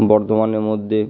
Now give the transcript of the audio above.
বর্ধমানের মধ্যে